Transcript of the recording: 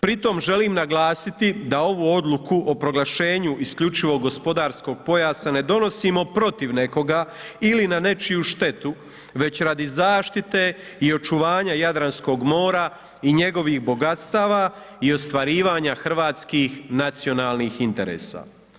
Pri tom želim naglasiti da ovu odluku o proglašenju isključivog gospodarskog pojasa ne donosimo protiv nekoga ili na nečiju štetu, već radi zaštite i očuvanje Jadranskog mora i njegovih bogatstava i ostvarivanja hrvatskih nacionalnih interesa.